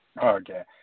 Okay